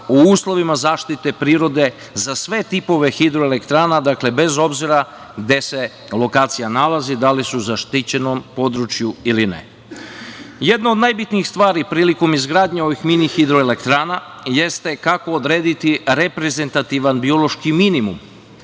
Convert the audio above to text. o uslovima zaštite prirode za sve tipove hidroelektrana, dakle, bez obzira gde se lokacija nalazi, da li su u zaštićenom području ili ne. Jedna od najbitnijih stvari prilikom izgradnje ovih mini hidroelektrana jeste kako odrediti reprezentativan biološki minimum,